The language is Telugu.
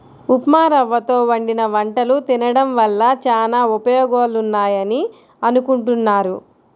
ఉప్మారవ్వతో వండిన వంటలు తినడం వల్ల చానా ఉపయోగాలున్నాయని అనుకుంటున్నారు